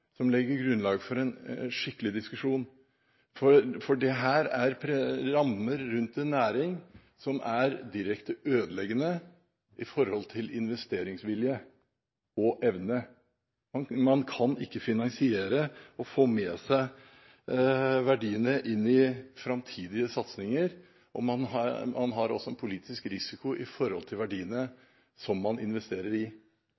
som legger grunnlag for en skikkelig diskusjon. For dette er rammer rundt en næring som er direkte ødeleggende for investeringsvilje og -evne. Man kan ikke finansiere og få med seg verdiene inn i framtidige satsinger, og man har også en politisk risiko i forhold til verdiene som man investerer i.